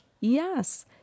Yes